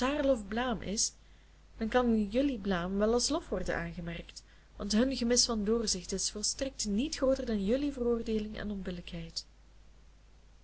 blaam is dan kan jelui blaam wel als lof worden aangemerkt want hun gemis van doorzicht is volstrekt niet grooter dan jelui vooroordeel en onbillijkheid